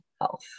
health